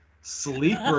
sleeper